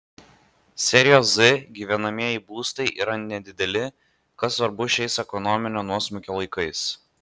serijos z gyvenamieji būstai yra nedideli kas svarbu šiais ekonominio nuosmukio laikais